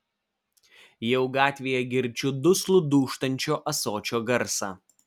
jau gatvėje girdžiu duslų dūžtančio ąsočio garsą